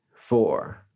four